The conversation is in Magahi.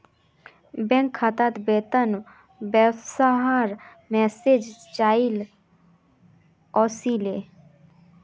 बैंक खातात वेतन वस्वार मैसेज चाइल ओसीले